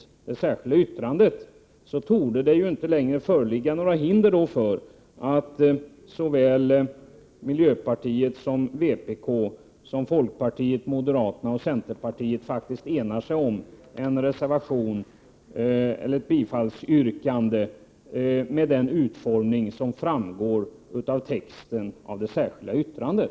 1988/89:104 det särskilda yttrandet, torde det inte längre föreligga några hinder för att 26 april 1989 såväl miljöpartiet som vpk, folkpartiet, moderaterna och centerpartiet enar LT sig om ett bifallsyrkande med den utformning som framgår av texten till det Trafiksäkerhet särskilda yttrandet.